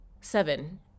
Seven